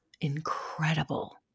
incredible